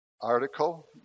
article